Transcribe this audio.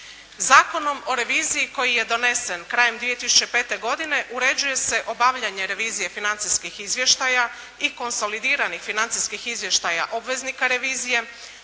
Zakonom o reviziji koji je donesen krajem 2005. godine uređuje se obavljanje revizije financijskih izvještaja i konsolidiranih financijskih izvještaja obveznika revizije.